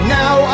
now